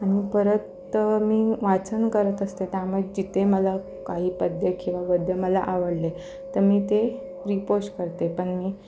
आणि परत मी वाचन करत असते त्यामुळे जिथे मला काही पद्य किंवा गद्य मला आवडले तर मी ते रिपोस्ट करते पण मी